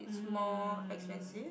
it's more expensive